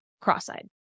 cross-eyed